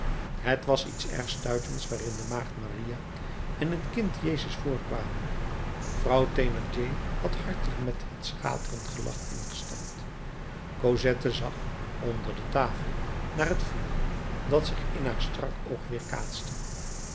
t was iets erg stuitends waarin de maagd maria en het kind jezus voorkwamen vrouw thénardier had hartelijk met het schaterend gelach ingestemd cosette zag onder de tafel naar het vuur dat zich in haar strak oog